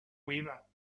weaver